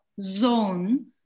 zone